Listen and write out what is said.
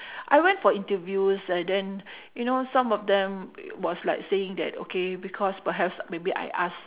I went for interviews and then you know some of them was like saying that okay because perhaps maybe I ask